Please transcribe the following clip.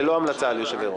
ללא המלצה על יושבי-ראש?